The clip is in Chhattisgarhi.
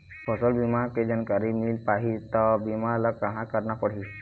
फसल बीमा के जानकारी मिल पाही ता बीमा ला कहां करना पढ़ी?